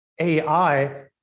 AI